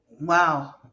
Wow